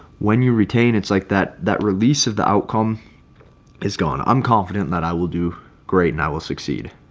when you retain it's like that that release of the outcome is gone. i'm confident that i will do great and i will succeed